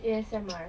A_S_M_R